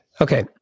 Okay